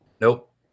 Nope